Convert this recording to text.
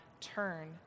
turn